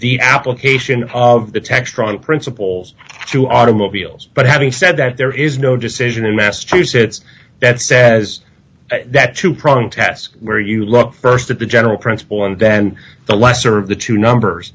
the application of the tech strong principles to automobiles but having said that there is no decision in massachusetts that says that two prong task where you look st at the general principle and then the lesser of the two numbers